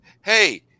hey